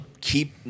keep